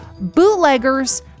bootleggers